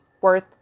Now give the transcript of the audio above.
worth